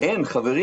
אין, חברים.